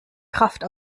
kraft